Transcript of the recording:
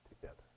together